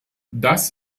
das